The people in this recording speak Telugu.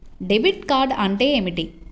డెబిట్ కార్డ్ అంటే ఏమిటి?